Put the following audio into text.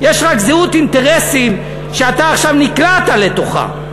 יש רק זהות אינטרסים שאתה עכשיו נקלעת לתוכה.